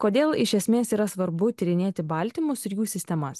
kodėl iš esmės yra svarbu tyrinėti baltymus ir jų sistemas